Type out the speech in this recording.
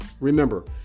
remember